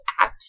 apps